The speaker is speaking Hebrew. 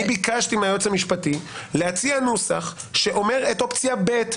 אני ביקשתי מהיועץ המשפטי להציע נוסח שאומר את אופציה ב',